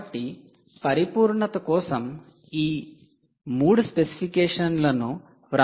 కాబట్టి పరిపూర్ణత కోసం ఈ 3 స్పెసిఫికేషన్లను వ్రాస్తాను